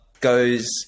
goes